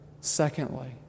Secondly